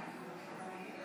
אינו נוכח אבתיסאם